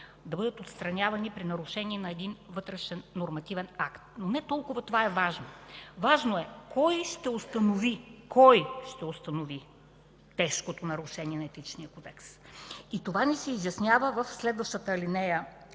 да бъдат отстранявани при нарушение на един вътрешен нормативен акт, но това не е толкова важно. Важно е кой ще установи тежкото нарушение на Етичния кодекс. И това ни се изяснява в следващата ал.